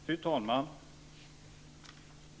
Fru talman!